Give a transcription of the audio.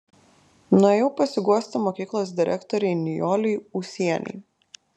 nuėjau pasiguosti mokyklos direktorei nijolei ūsienei